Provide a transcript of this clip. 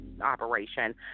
Operation